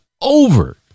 over